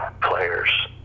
players